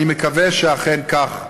אני מקווה שאכן כך ייעשה.